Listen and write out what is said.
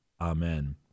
Amen